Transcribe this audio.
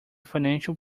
financial